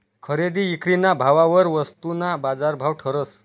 खरेदी ईक्रीना भाववर वस्तूना बाजारभाव ठरस